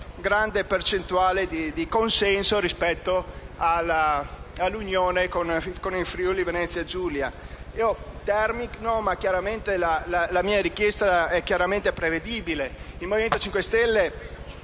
grande percentuale di consenso rispetto all'unione con il Friuli-Venezia Giulia. Chiaramente la mia richiesta è prevedibile. Il Movimento 5 Stelle